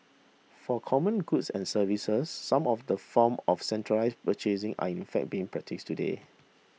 for common goods and services some of the form of centralised purchasing are in fact being practised today